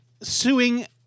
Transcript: suing